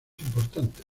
importantes